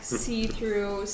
see-through